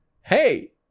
Hey